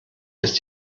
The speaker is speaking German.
ist